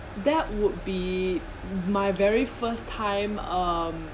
that would be m~ my very first time um